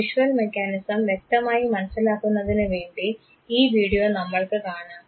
visual mechanism വ്യക്തമായി മനസ്സിലാക്കുന്നതിനുവേണ്ടി ഈ വീഡിയോ നമ്മൾക്ക് കാണാം